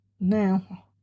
now